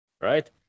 right